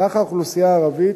סך האוכלוסייה הערבית,